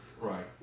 Right